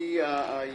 שלום לכולם,